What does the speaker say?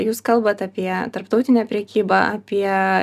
jūs kalbat apie tarptautinę prekybą apie